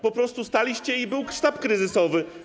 Po prostu staliście i był sztab kryzysowy.